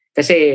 Kasi